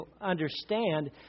understand